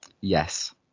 yes